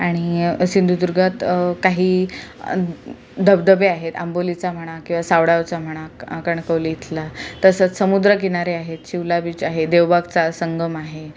आणि सिंधुदुर्गात काही धबधबे आहेत आंबोलीचा म्हणा किवा सावडावचा म्हणा कणकवलीतला तसंच समुद्र किनारे आहेत चिवला बीच आहे देवबागचा संगम आहे